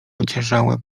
ociężałe